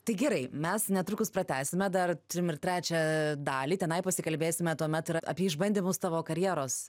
tai gerai mes netrukus pratęsime dar trim ir trečią dalį tenai pasikalbėsime tuomet ir apie išbandymus tavo karjeros